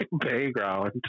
playground